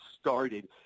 started